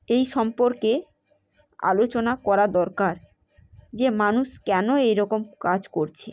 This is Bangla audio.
এই সম্পর্কে আলচনা করা দরকার যে মানুষ কেন এরকম কাজ করছে